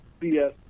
BS